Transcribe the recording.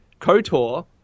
KOTOR